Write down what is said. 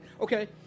Okay